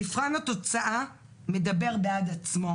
מבחן התוצאה מדבר בעד עצמו.